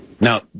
Now